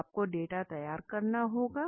तो आपको डेटा तैयार करना होगा